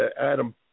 Adam